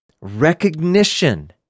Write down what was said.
recognition